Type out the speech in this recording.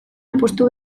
apustu